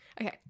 Okay